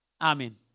Amen